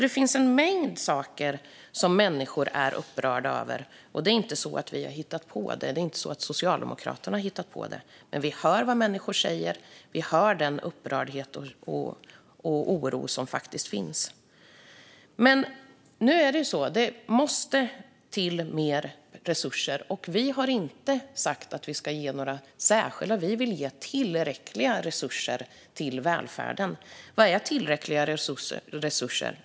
Det finns alltså en mängd saker människor är upprörda över, och det är inget Socialdemokraterna har hittat på. Men vi hör vad människor säger, och vi hör deras upprördhet och oro. Det måste till mer resurser. Vi har inte sagt att vi ska ge några särskilda resurser, utan vi vill ge tillräckliga resurser till välfärden. Vad är då tillräckliga resurser?